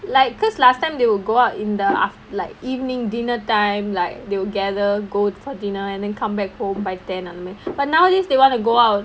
like because last time they will go out in the af~ like evening dinner time like they will gather go for dinner and then come back home by ten அதுனால:athunaala but nowadays they want to go out